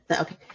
okay